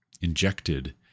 injected